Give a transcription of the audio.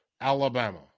Alabama